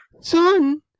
son